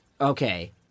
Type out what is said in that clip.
okay